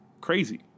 Crazy